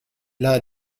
l’un